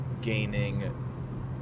gaining